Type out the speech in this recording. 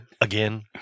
Again